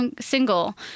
single